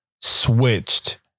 switched